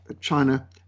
China